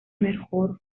mejor